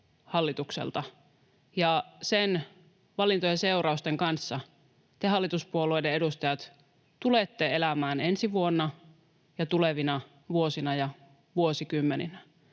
hallitukselta, ja sen valinnan seurausten kanssa te, hallituspuolueiden edustajat, tulette elämään ensi vuonna ja tulevina vuosina ja vuosikymmeninä.